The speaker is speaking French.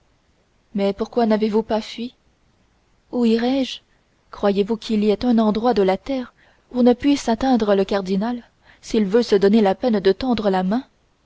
mais pourquoi n'avez-vous pas fui où irais-je croyez-vous qu'il y ait un endroit de la terre où ne puisse atteindre le cardinal s'il veut se donner la peine de tendre la main